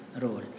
role